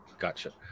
Gotcha